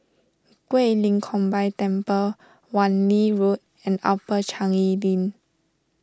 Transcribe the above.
Guilin Combined Temple Wan Lee Road and Upper Changi Link